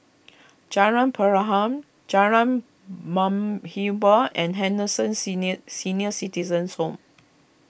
Jalan Perahu Jalan Muhibbah and Henderson Senior Senior Citizens' Home